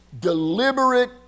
deliberate